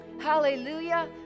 hallelujah